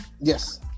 Yes